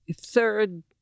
third